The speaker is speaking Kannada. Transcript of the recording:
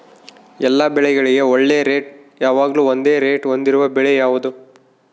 ಎಲ್ಲ ಬೆಳೆಗಳಿಗೆ ಒಳ್ಳೆ ರೇಟ್ ಯಾವಾಗ್ಲೂ ಒಂದೇ ರೇಟ್ ಹೊಂದಿರುವ ಬೆಳೆ ಯಾವುದು?